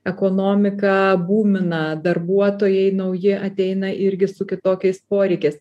ekonomika būmina darbuotojai nauji ateina irgi su kitokiais poreikiais